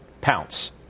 pounce